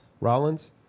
Rollins